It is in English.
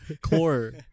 core